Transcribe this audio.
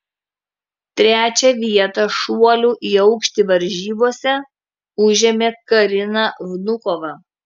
trečią vietą šuolių į aukštį varžybose užėmė karina vnukova